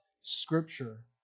scripture